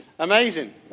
Amazing